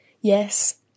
Yes